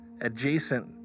adjacent